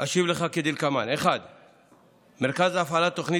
אשיב לך כדלקמן: 1. מכרז להפעלת תוכנית